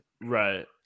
Right